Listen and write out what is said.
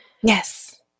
Yes